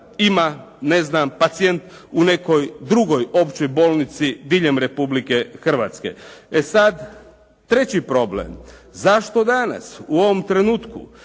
ima ne znam pacijent u nekoj drugoj općoj bolnici diljem Republike Hrvatske. E sad, treći problem. Zašto danas, u ovom trenutku,